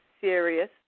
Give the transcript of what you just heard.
Serious